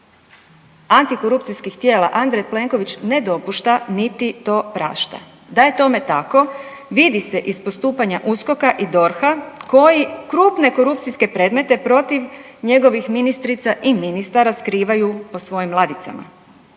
antikorupcijskih tijela, Andrej Plenković ne dopušta niti to prašta. Da je tome tako, vidi se iz postupanja USKOK-a i DORH-a koji krupne korupcijske predmete protiv njegovih ministrica i ministara skrivaju po svojim ladicama.